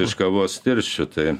iš kavos tirščių tai